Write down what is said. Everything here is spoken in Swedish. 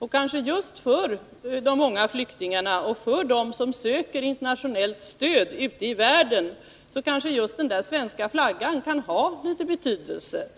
För de många flyktingarna och för dem som söker internationellt stöd ute i världen kanske just den svenska flaggan har en liten betydelse.